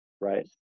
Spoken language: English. Right